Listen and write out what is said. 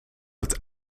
het